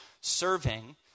serving